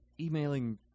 emailing